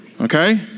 okay